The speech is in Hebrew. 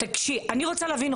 אני רוצה להבין,